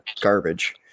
garbage